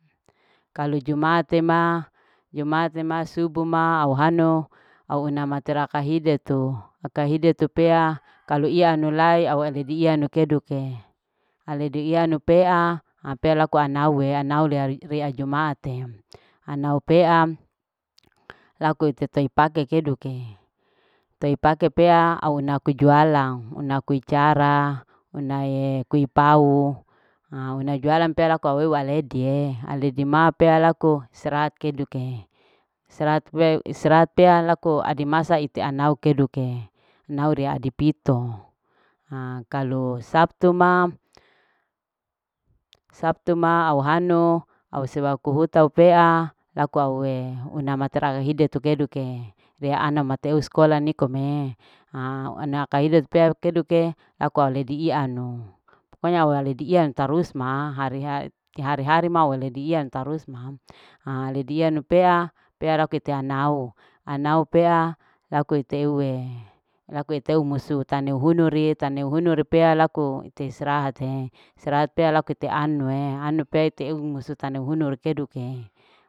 Kalu jumaat te ma jumaate ma subu ma au hano au una mate lakahido. lakahido tu pea kalu ina anu lae au uwe iya nikeduke aledi ia inu pea laku anau ria jumaate anau pea laku iteteu pake ikeduke teu pake pea au na ku jualang una kui cara unae kui pao una jualan laku au ue aledie aledi ma pea laku istirahat keduke istirahat pea laku idi masa laku ana au keduke nau ria adipito ha kalu sabtu ma. sabtu ma au hanu au sewa kuhuta au pea laku au huna matera hidetu keduke we ana mateu skola nikome haa ana akahido pea keduke lako au ledi ianu pokonya au ledi iatarus ma hari. harima au ledi iya tarus mam haa ledi iay nupea laku ite anau pea laku ite ue. laku ite musu tanu hunuri tanu hunuri pea laku ite istirahate. istirahat pea laku ite anue anu pea ite eu musu tanu hunu re keduke.